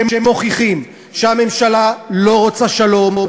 שמוכיחים שהממשלה לא רוצה שלום,